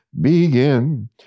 begin